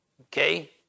okay